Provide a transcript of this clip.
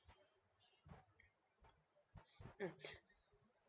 mm